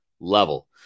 level